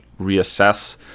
reassess